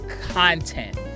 content